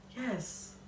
Yes